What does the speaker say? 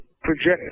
projected